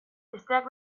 besteak